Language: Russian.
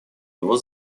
него